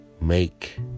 make